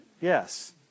yes